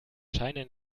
scheine